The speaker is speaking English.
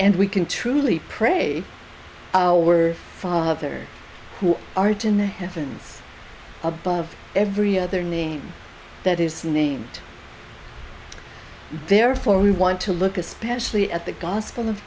and we can truly pray our father who art in the heavens above every other name that is named therefore we want to look especially at the gospel of